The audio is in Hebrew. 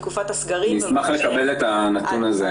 בתקופת הסגרים- -- אני אשמח לקבל את הנתון הזה.